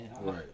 Right